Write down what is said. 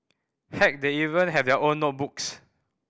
heck they even have their own notebooks